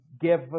give